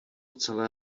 celé